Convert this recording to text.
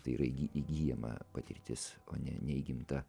tai yra įgy įgyjama patirtis o ne ne įgimta